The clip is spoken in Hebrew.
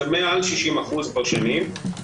זה מעל 60% כבר שנים,